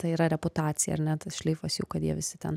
tai yra reputacija ar ne tas šleifas jų kad jie visi ten